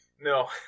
No